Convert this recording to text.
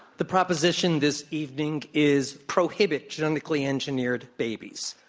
the proposition this evening is prohibit genetically engineered babies.